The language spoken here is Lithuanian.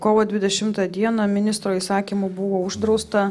kovo dvidešimtą dieną ministro įsakymu buvo uždrausta